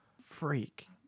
freak